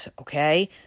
Okay